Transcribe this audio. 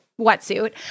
wetsuit